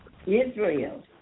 Israel